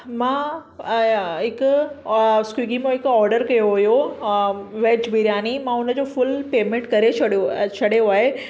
मां हिक स्विगी मां हिकु ऑडर कयो हुयो वेज बिर्यानी मां हुनजो फ़ुल पेमेंट करे छॾियो छॾियो आहे